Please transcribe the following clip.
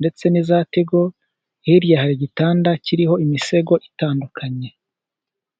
ndetse n'iza tigo, hirya hari igitanda kiriho imisego itandukanye.